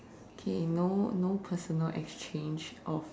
okay no no personal exchange of